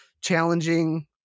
challenging